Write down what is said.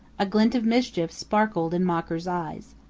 a glint of mischief sparkled in mocker's eyes.